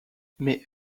mais